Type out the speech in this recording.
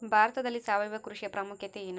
ಭಾರತದಲ್ಲಿ ಸಾವಯವ ಕೃಷಿಯ ಪ್ರಾಮುಖ್ಯತೆ ಎನು?